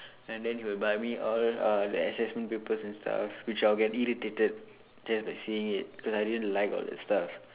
and then he will buy me all uh the assessment papers and stuff which I will get irritated just by seeing it cause I really didn't like all that stuff